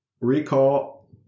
recall